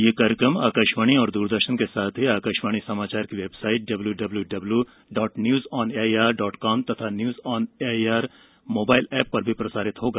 यह कार्यक्रम आकाशवाणी और द्रदर्शन के साथ ही आकाशवाणी समाचार की website W W dot news on A I R dot com तथा news on A I R mobile app पर भी प्रसारित होगा